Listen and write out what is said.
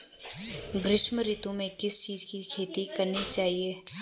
ग्रीष्म ऋतु में किस चीज़ की खेती करनी चाहिये?